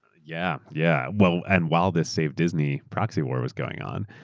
yeah, yeah while and while this save disney proxy war was going on.